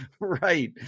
Right